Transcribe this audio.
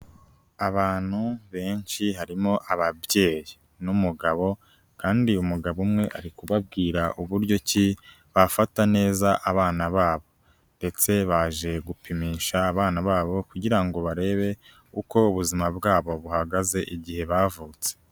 Abantu benshi harimo ababyeyi n'umugabo kandi uyu mugabo umwe ari kubabwira uburyo ki bafata neza abana babo, ndetse baje gupimisha abana babo kugira ngo barebe uko ubuzima bwabo buhagaze igihe bavutse.